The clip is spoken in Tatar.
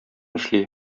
эшли